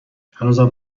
هنوزم